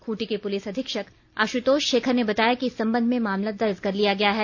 खूंटी के पुलिस अधीक्षक आशुतोष शेखर ने बताया कि इस संबंध में मामला दर्ज कर लिया गया है